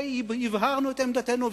והבהרנו את עמדתנו,